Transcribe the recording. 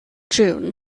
june